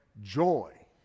joy